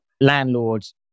landlords